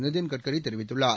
நிதின் கட்கரி தெரிவித்துள்ளார்